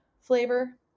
flavor